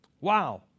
Wow